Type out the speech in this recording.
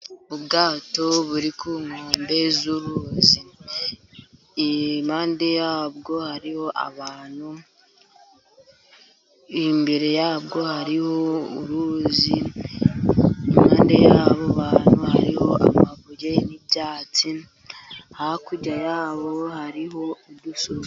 Ubwato buri ku nkombe z'uruzi impande yabwo hariho abantu, imbere yabwo hariho uruzi impande yabo bantu hariho amabuye n'ibyatsi hakurya yabo hariho udusozi.